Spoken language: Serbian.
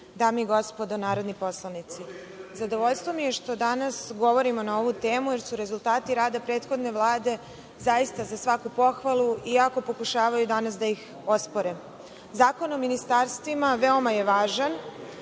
dame i gospodo narodni poslanici, zadovoljstvo mi je što danas govorimo na ovu temu, jer su rezultati rada prethodne Vlade zaista za svaku pohvalu, iako pokušavaju danas da ih ospore. Zakon o ministarstvima je veoma važan